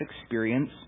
experience